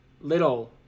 little